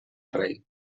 rei